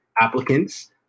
applicants